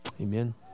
Amen